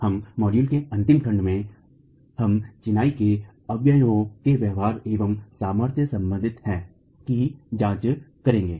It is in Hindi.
हम मॉड्यूल के अंतिम खंड में हम चिनाई के अवयवों के व्यवहार एवं सामर्थ्य से सम्बन्धित है कि जाँच करेंगे